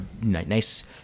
nice